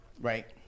Right